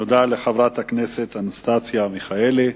תודה לחברת הכנסת אנסטסיה מיכאלי.